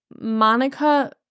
Monica